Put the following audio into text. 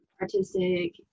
artistic